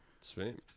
sweet